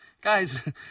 guys